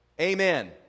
Amen